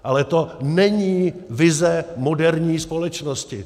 To ale není vize moderní společnosti.